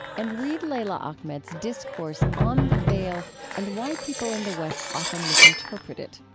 and read leila ahmed's discourse on the veil and why people in the west often misinterpret it.